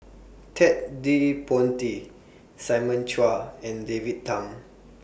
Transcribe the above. Ted De Ponti Simon Chua and David Tham